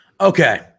Okay